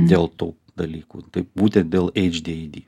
dėl tų dalykų taip būtent dėl adhd